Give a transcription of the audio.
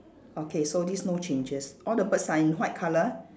okay so this no changes all the birds are in white colour